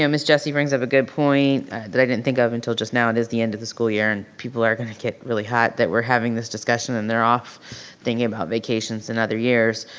yeah ms. jessie brings up a good point that i didn't think of until just now, it is the end of the school year and people are gonna get really hot that we're having this discussion and they're off thinking about vacations and other years.